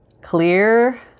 clear